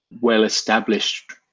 well-established